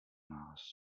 nás